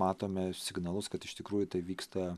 matome signalus kad iš tikrųjų tai vyksta